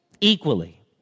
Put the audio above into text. equally